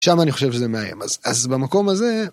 שם אני חושב שזה מאיים אז אז במקום הזה.